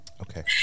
okay